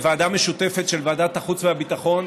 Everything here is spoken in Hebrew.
ועדה משותפת של ועדת החוץ והביטחון,